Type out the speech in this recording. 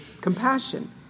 compassion